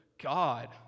God